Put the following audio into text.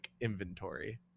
inventory